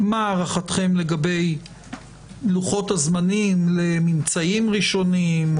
מה הערכתכם לגבי לוחות הזמנים לממצאים ראשוניים,